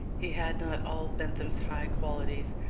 he had not all bentham's high qualities,